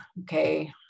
okay